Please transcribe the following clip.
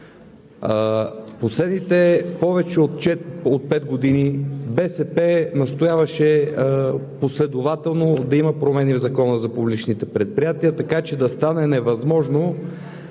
последните повече от пет години БСП настояваше последователно да има промени в Закона за публичните предприятия, така че да стане невъзможно